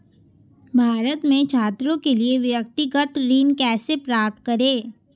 भारत में छात्रों के लिए व्यक्तिगत ऋण कैसे प्राप्त करें?